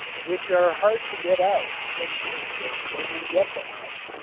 which are hard to get out and useless when you get them out.